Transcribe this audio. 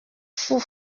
fou